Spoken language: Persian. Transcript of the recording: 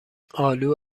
آلو